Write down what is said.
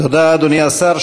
תודה, אדוני השר.